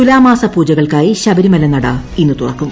തുലാമാസ പൂജകൾക്കായി ശബരിമല നട ഇന്ന് തുറക്കും